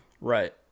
Right